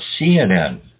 CNN